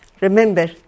Remember